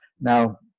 Now